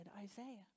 Isaiah